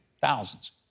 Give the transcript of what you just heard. thousands